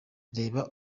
reba